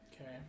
Okay